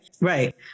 Right